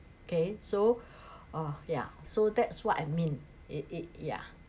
okay so uh yeah so that's what I mean it it yeah you